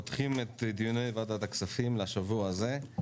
אנחנו פותחים את דיוני ועדת הכספים לשבוע הזה.